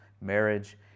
marriage